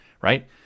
right